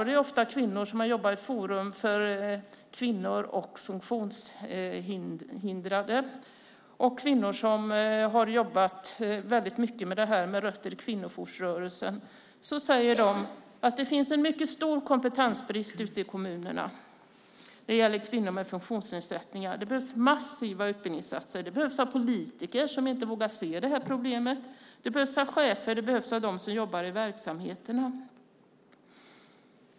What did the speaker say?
Det är ofta kvinnor som jobbat för Forum Kvinnor och Funktionshinder, som jobbat väldigt mycket med detta och med rötter i kvinnojoursrörelsen. De säger att det finns en mycket stor kompetensbrist ute i kommunerna när det gäller kvinnor med funktionsnedsättningar. Det behövs massiva utbildningssatsningar för politiker som inte vågar se det här problemet, för chefer och dem som jobbar i verksamheterna.